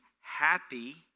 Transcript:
happy